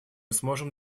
сможем